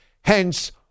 Hence